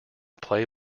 play